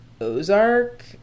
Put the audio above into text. ozark